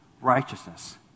righteousness